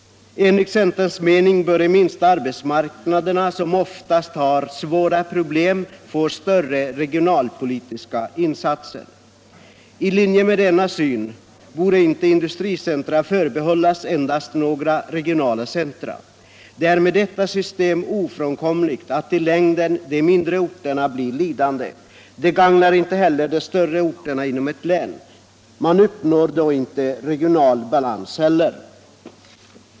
Enligt centerns mening bör de minsta arbetsmarknaderna, som oftast har svåra problem, bli föremål för större regionalpolitiska insatser. I linje med denna syn borde industricentra inte förbehållas endast några regionala centra. Det är med detta system i längden ofrånkomligt att de mindre orterna blir lidande. Det gagnar inte heller de större orterna inom ett län. Man uppnår då inte heller regional balans.